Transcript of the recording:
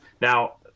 Now